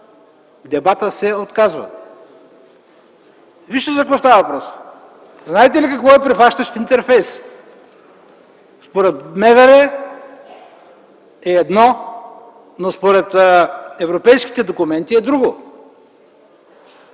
Дебатът се отказва. Вижте за какво става въпрос! Знаете ли какво е прихващащ интерфейс? Според МВР е едно, но според европейските документи е друго.